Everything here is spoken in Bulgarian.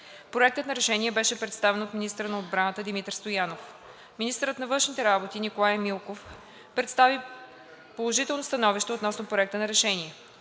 Проектът на решение беше представен от министъра на отбраната Димитър Стоянов. Министърът на външните работи Николай Милков представи положително становище относно Проекта на решение.